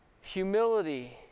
Humility